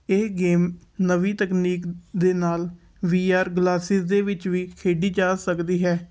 ਇਹ ਗੇਮ ਨਵੀਂ ਤਕਨੀਕ ਦੇ ਨਾਲ਼ ਵੀ ਆਰ ਗਲਾਸਿਸ ਦੇ ਵਿੱਚ ਵੀ ਖੇਡੀ ਜਾ ਸਕਦੀ ਹੈ